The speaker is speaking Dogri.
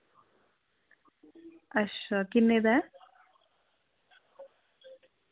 अच्छा किन्ने दा ऐ